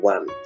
One